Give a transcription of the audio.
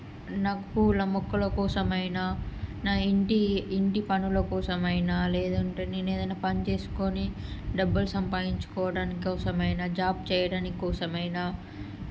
నాకు పూల మొక్కల కోసమైనా నా ఇంటి ఇంటి పనుల కోసమైనా లేదంటే నేనేదైనా పని చేసుకోని డబ్బులు సంపాదించుకోవడానికోసమైనా జాబ్ చేయడానికోసమైనా